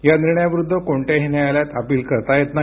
या निर्णयाविरुद्ध कोणत्याही न्यायालयात अपिल करता येत नाही